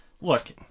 Look